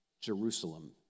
Jerusalem